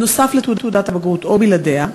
נוסף על תעודת הבגרות או בלעדיה,